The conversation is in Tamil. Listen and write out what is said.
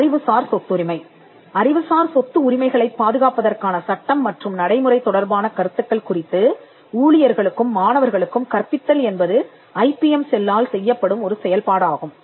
அறிவுசார் சொத்துரிமைகள் தொடர்பான கருத்துக்களைப் பற்றியும் அறிவுசார் சொத்து உரிமைகளைப் பாதுகாப்பதற்கான சட்டம் மற்றும் நடைமுறை தொடர்பான கருத்துக்கள் குறித்தும் ஊழியர்களுக்கும் மாணவர்களுக்கும் கற்பித்தல் என்பது ஐபிஎம் செல்லால் செய்யப்படும் ஒரு செயல்பாடாகும்